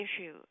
issue